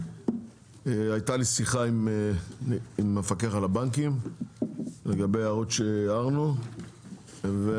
הייתה לי שיחה עם המפקח על הבנקים לגבי הערות שהערנו והם